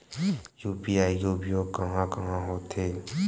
UPI के उपयोग कहां कहा होथे?